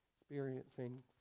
experiencing